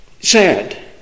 sad